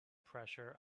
pressure